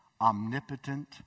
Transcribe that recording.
omnipotent